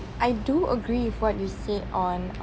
I do agree with what you said on